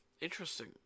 Interesting